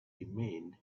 remained